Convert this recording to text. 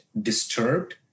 disturbed